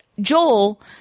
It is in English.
Joel